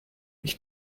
ich